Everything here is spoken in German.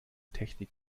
technik